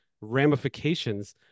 ramifications